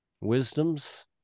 wisdoms